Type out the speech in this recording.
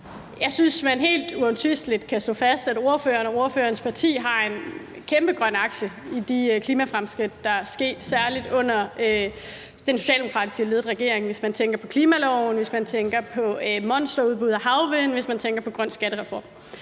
Jeg synes, man helt uomtvisteligt kan slå fast, at ordføreren og ordførerens parti har en kæmpe grøn aktie i de klimafremskridt, der er sket, særlig under den socialdemokratisk ledede regering, hvis man tænker på klimaloven, hvis man tænker på monsterudbud af havvind, og hvis man tænker på grøn skattereform.